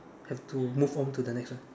have to move on to the next one